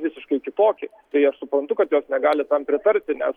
visiškai kitokį tai aš suprantu kad jos negali tam pritarti nes